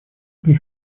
при